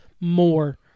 more